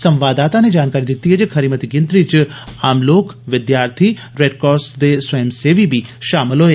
संवाददाता नै जानकारी दिती जे खरी मती गिनरती च आम लोक विद्यार्थी रोडक्रास दे स्वयं सेवी बी इस च षामल होए